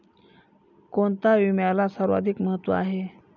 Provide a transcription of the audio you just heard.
कोणता विम्याला सर्वाधिक महत्व आहे?